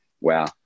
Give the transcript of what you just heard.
Wow